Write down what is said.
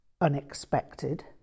unexpected